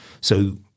So-